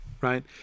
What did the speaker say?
Right